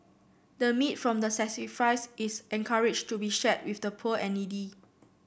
the meat from the sacrifice is encouraged to be shared with the poor and needy